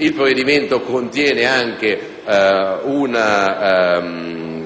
Il provvedimento contiene anche una